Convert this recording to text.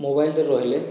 ମୋବାଇଲରେ ରହିଲେ